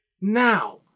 Now